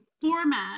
format